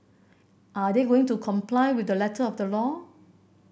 are they going to comply with the letter of the law